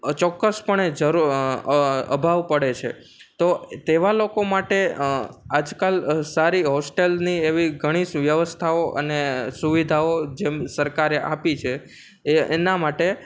ચોક્કસપણે જરૂર અભાવ પડે છે તો તેવા લોકો માટે આજકાલ સારી હોટેલની એવી ઘણી વ્યવસ્થાઓ અને સુવિધાઓ જેમ સરકારે આપી છે એ એના માટે